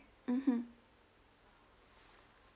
mmhmm